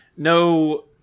No